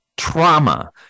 Trauma